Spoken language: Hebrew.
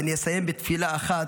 ואני אסיים בתפילה אחת,